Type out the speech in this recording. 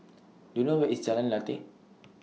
Do YOU know Where IS Jalan Lateh